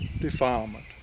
defilement